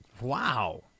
Wow